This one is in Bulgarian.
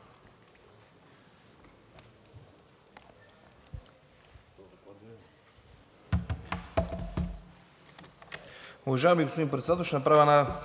Благодаря